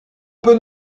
peut